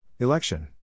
Election